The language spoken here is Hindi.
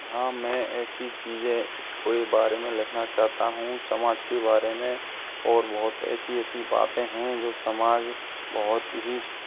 हाँ मैं ऐसी चीज़ें कोई बारे में लिखना चाहता हूँ समाज के बारे में और बहुत ऐसी ऐसी बातें हैं जो समाज बहुत ही